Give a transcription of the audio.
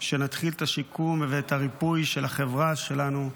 שנתחיל את השיקום ואת הריפוי של החברה שלנו,